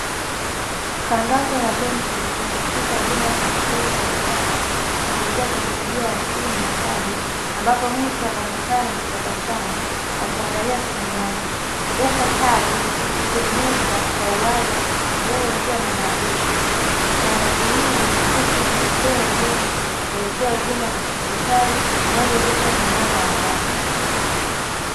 Tangazo la benki likisisitiza huduma za kifedha za kisasa kupitia teknolojia ya simu kadi. Ambapo mtu anaonekana akitabasamu akiangalia simu yake. Huku kadi ikionyesha kwa uwazi mbele ikiwa na maandishi. Mandhari hii inaakisi muelekeo wa benki kuelekea huduma za kidijitali zinazoziwezesha miamala ya haraka.